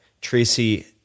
Tracy